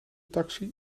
taxi